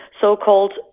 so-called